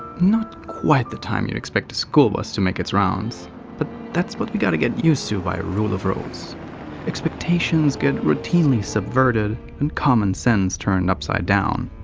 not quite the time you'd expect a school bus to make its rounds but that's what we gotta get used to by rule of rose expectations get routinely subverted, and common sense turned upside down.